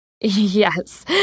Yes